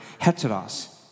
heteros